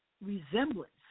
resemblance